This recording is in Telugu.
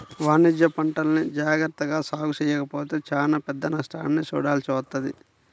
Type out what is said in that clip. వాణిజ్యపంటల్ని జాగర్తగా సాగు చెయ్యకపోతే చానా పెద్ద నష్టాన్ని చూడాల్సి వత్తది